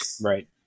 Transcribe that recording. Right